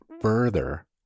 further